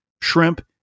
shrimp